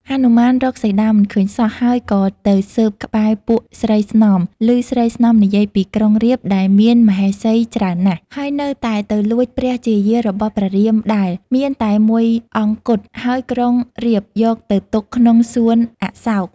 ហនុមានរកសីតាមិនឃើញសោះ ហើយក៏ទៅស៊ើបក្បែរពួកស្រីស្នំ ឮស្រីស្នំនិយាយពី ក្រុងរាពណ៍ដែលមានមហេសីច្រើនណាស់ ហើយនៅតែទៅលួចព្រះជាយារបស់ព្រះរាមដែល មានតែមួយអង្គគត់ ហើយក្រុងរាពណ៍យកទៅទុកក្នុងសួនអសោក។